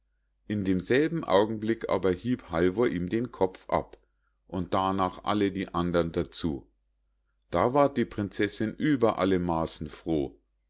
in demselben augenblick aber hieb halvor ihm den kopf ab und darnach alle die andern dazu da ward die prinzessinn über alle maßen froh